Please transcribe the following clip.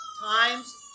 times